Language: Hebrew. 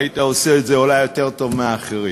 היית עושה את זה אולי יותר טוב מאחרים.